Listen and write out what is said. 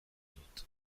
dut